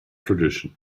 tradition